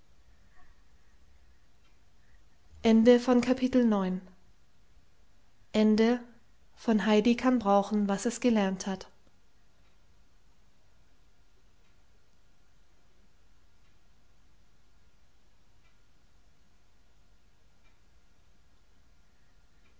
gutenberg's heidi kann brauchen was es gelernt hat